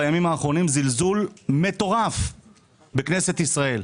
בימים האחרונים אני מרגיש זלזול מטורף בכנסת ישראל.